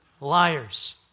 liars